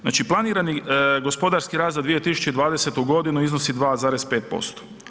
Znači planirani gospodarski rast za 2020. g. iznosi 2,5%